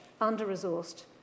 under-resourced